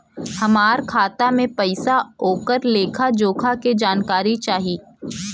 हमार खाता में पैसा ओकर लेखा जोखा के जानकारी चाही?